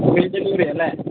free ഡെലിവറിയാണ് ഇല്ലേ